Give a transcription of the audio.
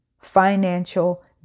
financial